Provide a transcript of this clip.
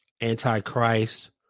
anti-Christ